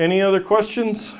any other questions